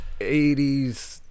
80s